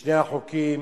משני החוקים